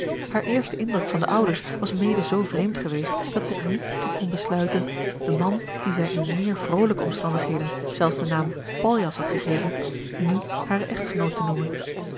haar eerste indruk van de ouders was mede zoo vreemd geweest dat zij niet er toe kon besluiten den man dien zij in meer vrolijke omstandigheden zelfs den naam paljas had gegeven nu haren echtgenoot te noemen